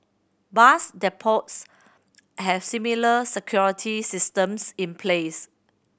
bus depots have similar security systems in place